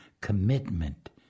commitment